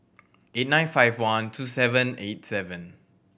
eight nine five one two seven eight seven